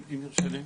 אם יורשה לי.